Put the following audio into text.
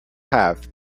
have